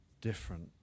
different